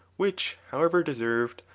which, however deserved,